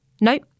Nope